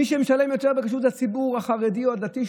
מי שמשלם יותר על כשרות זה הציבור החרדי או הדתי,